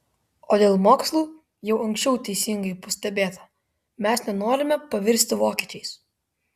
o dėl mokslų jau anksčiau teisingai pastebėta mes nenorime pavirsti vokiečiais